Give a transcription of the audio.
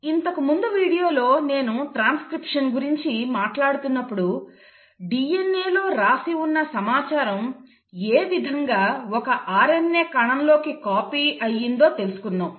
ఇంతకుముందు వీడియోలో నేను ట్రాన్స్క్రిప్షన్ గురించి మాట్లాడుతున్నప్పుడు DNA లో రాసి ఉన్న సమాచారం ఏ విధంగా ఒక RNA కణంలోకి కాపీ అయ్యిందో తెలుసుకున్నాము